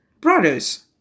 Brothers